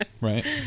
Right